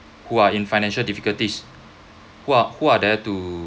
who are in financial difficulties who are who are there to